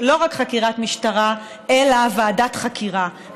וזה מצריך לא רק חקירת משטרה אלא ועדת חקירה.